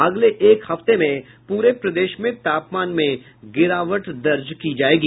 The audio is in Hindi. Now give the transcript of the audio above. अगले एक हफ्ते में पूरे प्रदेश में तापमान में गिरावट दर्ज की जायेगी